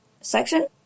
section